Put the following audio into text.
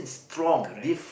correct